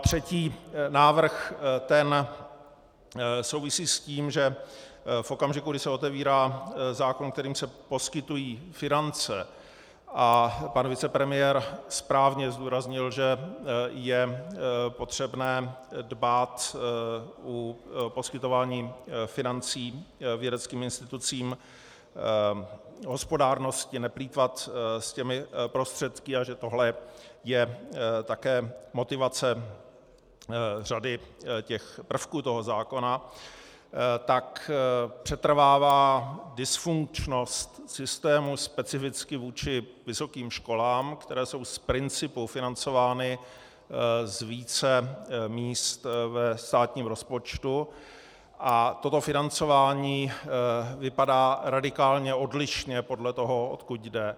Třetí návrh, ten souvisí s tím, že v okamžiku, kdy se otevírá zákon, kterým se poskytují finance, a pan vicepremiér správně zdůraznil, že je potřebné dbát u poskytování financí vědeckým institucím hospodárnosti, neplýtvat s těmi prostředky a že tohle je také motivace řady prvků toho zákona, tak přetrvává dysfunkčnost systému specificky vůči vysokým školám, které jsou z principu financovány z více míst ve státním rozpočtu a toto financování vypadá radikálně odlišně podle toho, odkud jde.